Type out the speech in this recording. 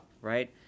right